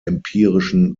empirischen